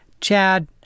Chad